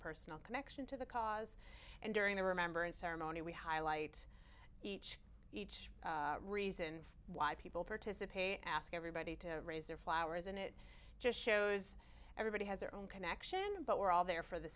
personal connection to the cause and during the remembrance ceremony we highlight each each reason why people participate ask everybody to raise their flowers and it just shows everybody has their own connection but we're all there for the